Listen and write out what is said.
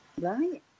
Right